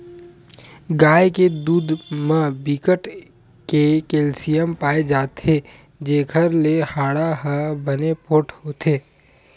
गाय के दूद म बिकट के केल्सियम पाए जाथे जेखर ले हाड़ा ह बने पोठ होथे